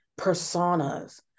personas